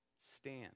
Stand